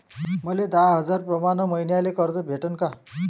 मले दहा हजार प्रमाण मईन्याले कर्ज भेटन का?